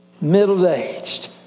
middle-aged